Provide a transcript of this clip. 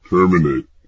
Terminate